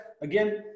again